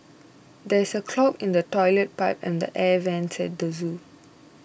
there is a clog in the Toilet Pipe and the Air Vents at the zoo